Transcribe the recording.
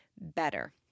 better